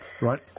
Right